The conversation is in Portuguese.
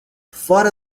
fora